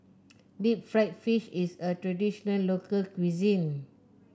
Deep Fried Fish is a traditional local cuisine